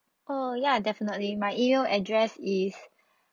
oh ya definitely my email address is